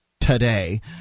today